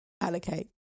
Allocate